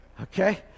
Okay